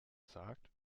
sagt